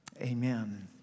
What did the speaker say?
Amen